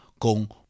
con